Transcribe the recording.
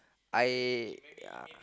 I uh